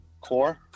Core